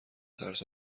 ترس